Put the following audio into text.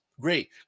Great